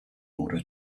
order